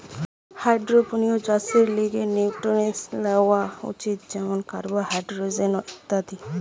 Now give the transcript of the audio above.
hydroponics চাষের লিগে nutrients লেওয়া উচিত যেমন কার্বন, হাইড্রোজেন ইত্যাদি